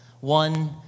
one